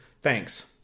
Thanks